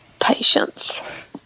Patience